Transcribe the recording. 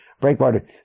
breakwater